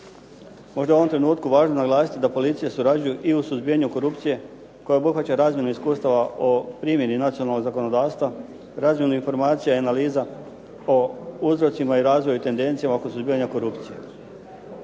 Možda je u ovom trenutku važno naglasiti da policije surađuju i u suzbijanju korupcije koja obuhvaća razmjenu iskustava o primjeni nacionalnog zakonodavstva, razmjenu informacija i analiza o uzrocima i razvoju tendencija oko suzbijanja korupcije.